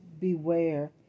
beware